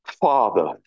father